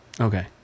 Okay